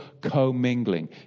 commingling